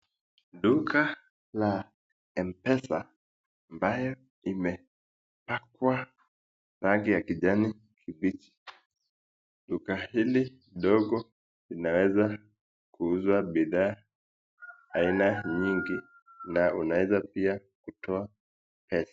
Duka la mpesa ambayo imepakwa rangi ya kijani kibichi duka hili dogo linaweza kuuzwa bidhaa aina nyingi na unaeza pia kutoa pesa.